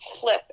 flip